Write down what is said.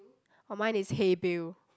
oh mine is hey Bill